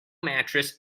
mattress